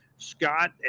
scott